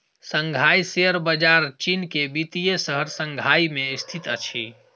Shanghai share बजार चीन के वित्तीय शहर शंघाई में स्थित अछि